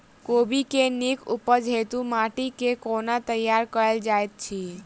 कोबी केँ नीक उपज हेतु माटि केँ कोना तैयार कएल जाइत अछि?